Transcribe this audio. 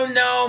no